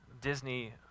Disney